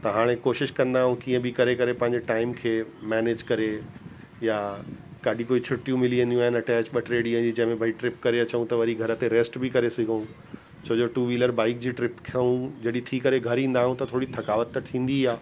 त हाणे कोशिश कंदा आहियूं कीअं बि करे करे पंहिंजे टाइम खे मैनेज करे या काॾे कोई छुटियूं मिली वेंदियूं आहिनि अटैच ॿ टे ॾींहं जी जंहिंमें भई ट्रिप करे अचूं त वरी घर ते रेस्ट बि करे सघूं छो जो टू वीलर बाइक जी ट्रिप खां जॾहिं थी करे घरु ईंदा आहियूं त थोरी थकावट त थींदी आहे